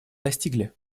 достигли